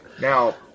now